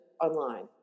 online